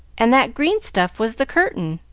and that green stuff was the curtain,